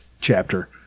chapter